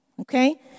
Okay